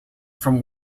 from